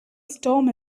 storm